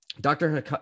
Dr